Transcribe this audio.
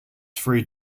three